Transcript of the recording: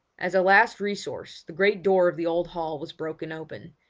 as a last resource the great door of the old hall was broken open,